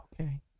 Okay